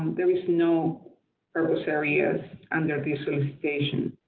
there is no purpose areas under this solicitation.